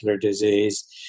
disease